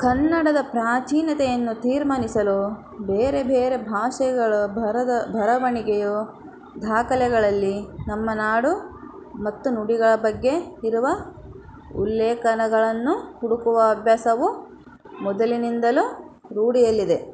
ಕನ್ನಡದ ಪ್ರಾಚೀನತೆಯನ್ನು ತೀರ್ಮಾನಿಸಲು ಬೇರೆ ಬೇರೆ ಭಾಷೆಗಳು ಬರದ ಬರವಣಿಗೆಯು ದಾಖಲೆಗಳಲ್ಲಿ ನಮ್ಮ ನಾಡು ಮತ್ತು ನುಡಿಗಳ ಬಗ್ಗೆ ಇರುವ ಉಲ್ಲೇಖನಗಳನ್ನು ಹುಡುಕುವ ಅಭ್ಯಾಸವು ಮೊದಲಿನಿಂದಲೂ ರೂಢಿಯಲ್ಲಿದೆ